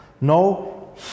No